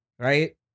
Right